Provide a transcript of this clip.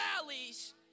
valleys